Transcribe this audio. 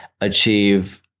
achieve